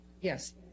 Yes